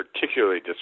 particularly